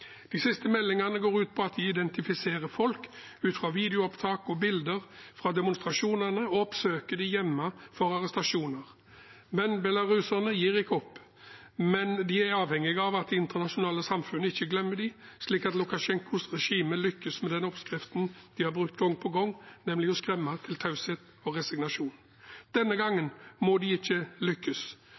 De siste meldingene går ut på at de identifiserer folk ut fra videoopptak og bilder fra demonstrasjonene og oppsøker dem hjemme for arrestasjoner. Belaruserne gir ikke opp, men de er avhengige av at det internasjonale samfunnet ikke glemmer dem slik at Lukasjenkos regime lykkes med den oppskriften de har brukt gang på gang, nemlig å skremme til taushet og resignasjon. Denne gangen må de ikke lykkes.